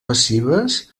passives